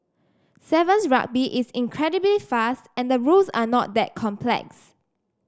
Sevens Rugby is incredibly fast and the rules are not that complex